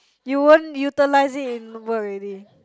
you won't utilize it in work already